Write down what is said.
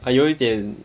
like 有一点